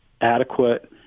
adequate